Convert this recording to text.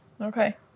Okay